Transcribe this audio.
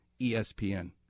ESPN